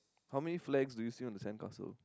how many flags do you see on the sand castle